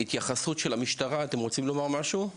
התייחסות של המשטרה, אתם רוצים לומר משהו?